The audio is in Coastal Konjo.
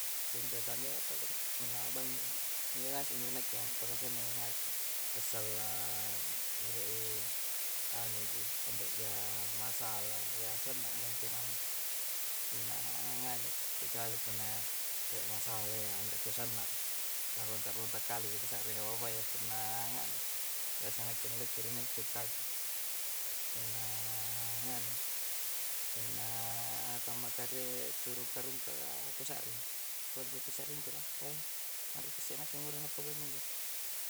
Tetanggayya palle do, munna bangi injo ngase injo na'ke pakasurna nyayohakko. Assalang ire ing anu ji andre'jaa masala ya sanna manjuna'u sunna nganne, kecuali kunna re' masalaea andre kusannang, la ton'ta-ron'ta kali'li kusa're na punna ngane yessa ne'ke nure'ce rennecu' kargo. Punnaa nganne, punna tomakaree turukarungka kosa're konfe pisaringo do' arre kosenna kenguru noppo goyyo injo.